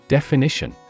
Definition